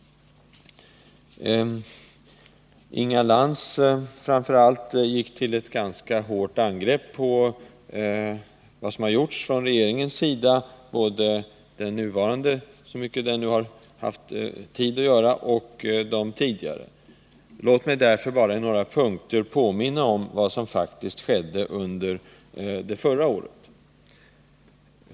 Framför allt Inga Lantz gick till hårt angrepp mot vad som har gjorts från regeringshåll, både av den nuvarande regeringen — så mycket den nu har haft tid att göra — och av de tidigare regeringarna. Låt mig därför bara i några punkter påminna om vad som faktiskt skedde under förra året.